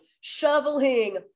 shoveling